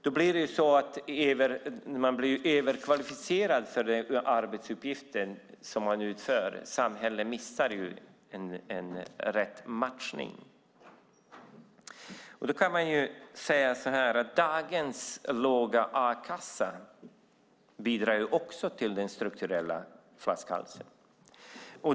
Då blir man överkvalificerad för den arbetsuppgift som man utför. Samhället missar att göra en riktig matchning. Dagens låga a-kassa bidrar också till den strukturella flaskhalsen.